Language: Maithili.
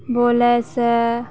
बोलैसँ